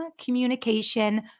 communication